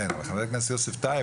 חבר הכנסת יוסף טייב,